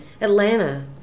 Atlanta